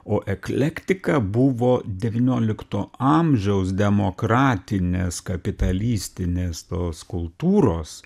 o eklektika buvo devyniolikto amžiaus demokratinės kapitalistinės tos kultūros